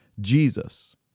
Jesus